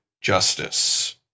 justice